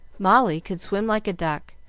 molly could swim like a duck,